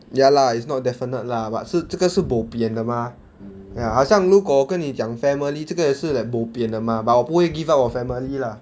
ya lah it's not definite lah but 是这个是 bo pian 的 mah !aiya! 好像如果跟你讲 family 这个也是 like bo pian 的 mah but 我不会 give up 我 family lah